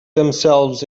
themselves